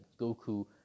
Goku